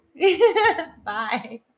Bye